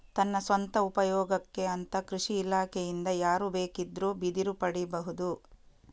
ತನ್ನ ಸ್ವಂತ ಉಪಯೋಗಕ್ಕೆ ಅಂತ ಕೃಷಿ ಇಲಾಖೆಯಿಂದ ಯಾರು ಬೇಕಿದ್ರೂ ಬಿದಿರು ಪಡೀಬಹುದು